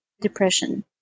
depression